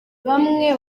bamwe